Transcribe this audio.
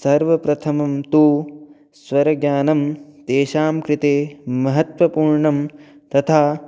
सर्वप्रथमं तु स्वरज्ञानं तेषाङ्कृते महत्त्वपूर्णं तथा